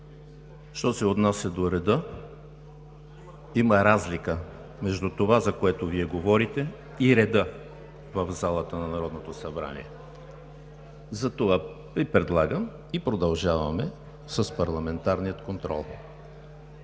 Що се отнася до реда, има разлика между това, за което Вие говорите, и реда в залата на Народното събрание. Затова Ви предлагам да продължим с парламентарния контрол.